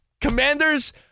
Commanders